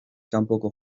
kanpoko